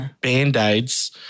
Band-Aids